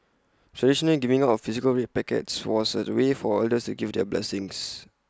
traditionally giving out physical red packets was A way for elders to give their blessings